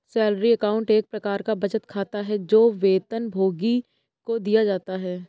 salary account एक प्रकार का बचत खाता है, जो वेतनभोगी को दिया जाता है